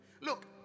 Look